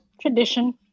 tradition